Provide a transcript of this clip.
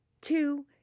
Two